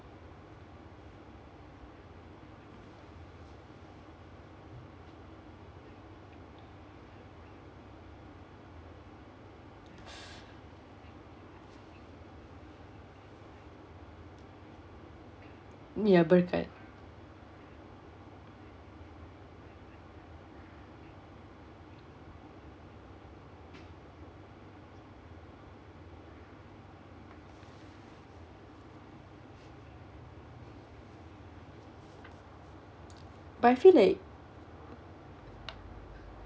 ya but that but I feel like